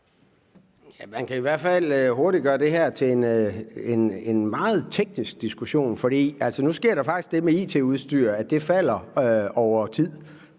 Man kan i hvert fald hurtigt gøre det her til en meget teknisk diskussion. Nu sker der faktisk det med it-udstyr, at prisen på det falder over tid,